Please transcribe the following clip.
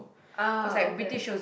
ah okay